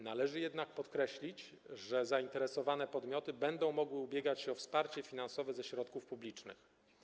Należy jednak podkreślić, że zainteresowane podmioty będą mogły ubiegać się o wsparcie finansowe ze środków publicznych.